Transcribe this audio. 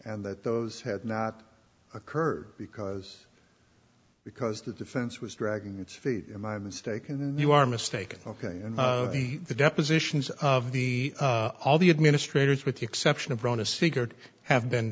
and that those had not occurred because because the defense was dragging its feet in my mistake in the you are mistaken ok and the depositions of the all the administrators with the exception of run a secret have been